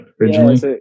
originally